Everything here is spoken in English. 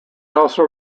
also